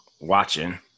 watching